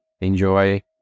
enjoy